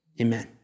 Amen